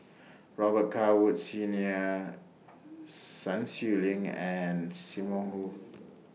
Robet Carr Woods Senior Sun Xueling and SIM Wong Hoo